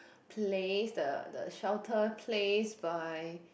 place the the shelter place by